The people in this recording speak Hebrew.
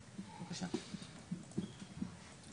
נעמי אני רואה שאת מנהלת יפה מאוד את הזום היום.